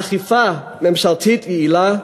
אכיפה ממשלתית יעילה,